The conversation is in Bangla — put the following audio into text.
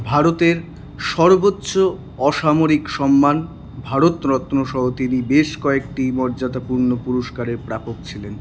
ভারতের সর্বোচ্চ অসামরিক সম্মান ভারতরত্ন সহ তিনি বেশ কয়েকটি মর্যাদাপূর্ণ পুরস্কারের প্রাপক ছিলেন